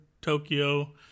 tokyo